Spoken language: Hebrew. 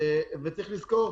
צריך לזכור,